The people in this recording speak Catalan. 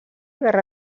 guerra